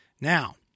now